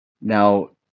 Now